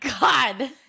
god